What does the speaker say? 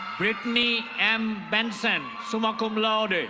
brittany m benson, summa cum laude.